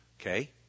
Okay